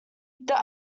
this